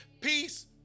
peace